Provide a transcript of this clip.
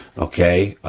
okay,